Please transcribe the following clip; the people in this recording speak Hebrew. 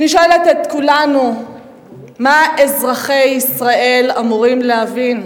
אני שואלת את כולנו מה אזרחי ישראל אמורים להבין.